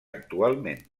actualment